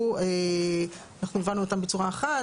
דיברו, אנחנו הבנו אותם בצורה אחרת.